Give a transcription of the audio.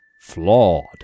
Flawed